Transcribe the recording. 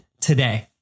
today